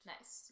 Nice